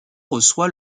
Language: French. reçoit